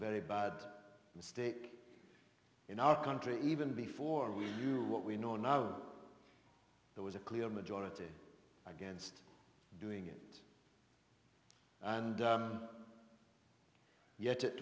very bad mistake in our country even before we knew what we know now there was a clear majority against doing it and yet it